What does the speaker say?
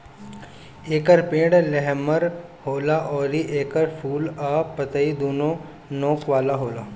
एकर पेड़ लमहर होला अउरी एकर फूल आ पतइ दूनो नोक वाला होला